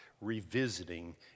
revisiting